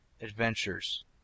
adventures